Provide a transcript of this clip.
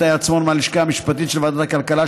עצמון מהלשכה המשפטית של ועדת הכלכלה,